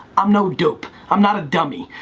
i'm no dope. i'm not a dummy.